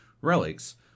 relics